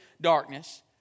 darkness